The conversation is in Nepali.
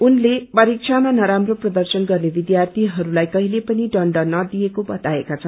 उहाँले परीक्षामा नराम्रो प्रदर्शन गर्ने विद्यार्थीहरूलाई कहिले पनि दण्ड नदिएको वताएका छन्